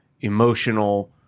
emotional